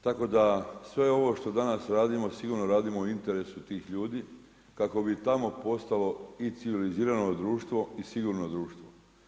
Tako da sve ovo što danas radimo sigurno radimo u interesu tih ljudi kako bi tamo postalo i civilizirano društvo i sigurno društvo.